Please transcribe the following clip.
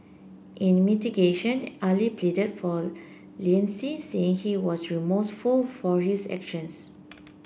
in mitigation Ali pleaded for saying he was remorseful for his actions